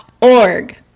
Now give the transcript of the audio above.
org